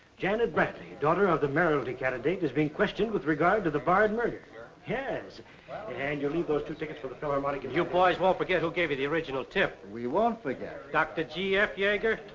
janet bradley, daughter of the mayoralty candidate is being questioned with regard to the bard murder. yes, and you'll need those two tickets for the philharmonic. you boys won't forget who gave you the original tip. we won't forget. doctor g f yager.